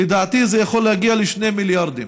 לדעתי זה יכול להגיע ל-2 מיליארדים,